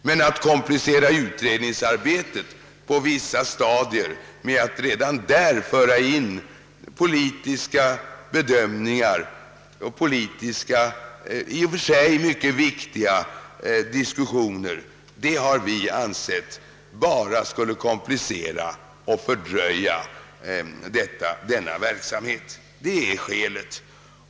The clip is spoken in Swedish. Men att komplicera utredningsarbetet på vissa förberedande stadier genom att redan där föra in politiska bedömningar och — i och för sig mycket viktiga — politiska diskussioner, har vi ansett bara skulle försvåra och fördröja utredningsarbetet. Det är skälet.